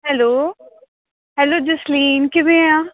hello hello Jasleen ਕਿਵੇਂ ਆ